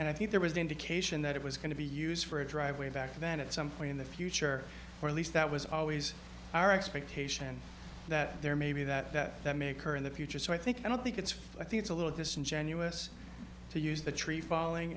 and i think there was an indication that it was going to be used for a drive way back event at some point in the future or at least that was always our expectation that there may be that that may occur in the future so i think i don't think it's i think it's a little disingenuous to use the tree falling